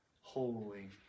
Holy